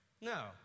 No